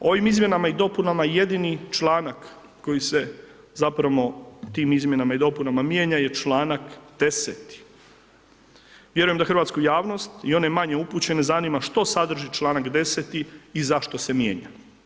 Ovim izmjenama i dopunama jedini članak koji se zapravo tim izmjenama i dopunama mijenja je članak 10.-ti, vjerujem da hrvatsku javnost i one manje upućene zanima što sadrži članak 10.-ti i zašto se mijenja.